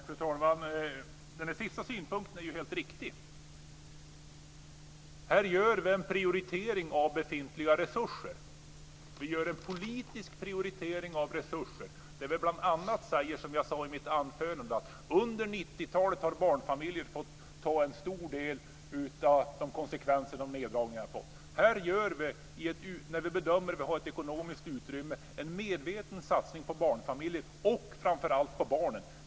Fru talman! Den sista synpunkten är ju helt riktig. Här gör vi en prioritering av befintliga resurser. Vi gör en politisk prioritering av resurser där vi bl.a. säger som jag sade i mitt anförande, att under 90-talet har barnfamiljer fått ta en stor del av de konsekvenser som neddragningarna fått. Här gör vi, när vi bedömer att vi har ett ekonomiskt utrymme, en medveten satsning på barnfamiljer, och framför allt på barnen.